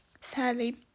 Sadly